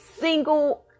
single